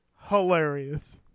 hilarious